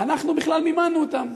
אנחנו בכלל מימנו אותם.